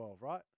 right